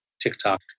TikTok